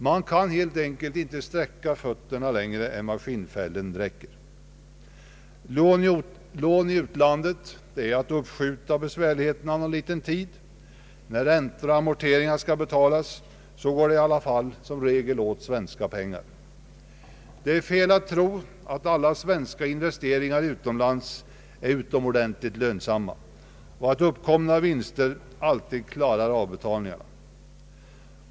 Man kan helt enkelt inte sträcka fötterna längre än skinnfällen räcker. Lån i utlandet är att uppskjuta besvärligheterna en liten tid. När räntor och amorteringar skall betalas går det i alla fall som regel åt svenska pengar. Det är fel att tro att alla svenska investeringar utomlands är utomordentligt lönsamma och att uppkomna vinster alltid klarar avbetalningarna.